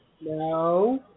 No